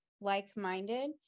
like-minded